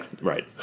Right